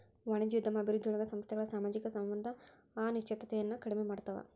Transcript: ವಾಣಿಜ್ಯೋದ್ಯಮ ಅಭಿವೃದ್ಧಿಯೊಳಗ ಸಂಸ್ಥೆಗಳ ಸಾಮಾಜಿಕ ಸಂವಹನದ ಅನಿಶ್ಚಿತತೆಯನ್ನ ಕಡಿಮೆ ಮಾಡ್ತವಾ